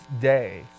Day